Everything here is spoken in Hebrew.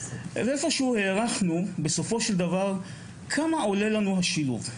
ואיפשהו הערכנו כמה עולה לנו השילוב.